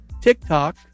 TikTok